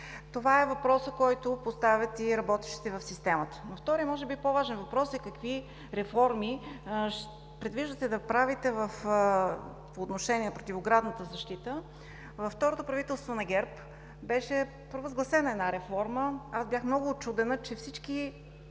Това е въпросът, който поставят и работещите в системата. Вторият, може би по-важен въпрос е: какви реформи предвиждате да правите по отношение на противоградната защита? Във второто правителство на ГЕРБ беше провъзгласена една реформа. Бях много учудена, че всички